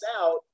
out